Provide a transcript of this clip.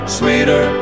sweeter